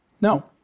no